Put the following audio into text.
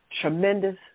tremendous